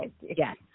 Yes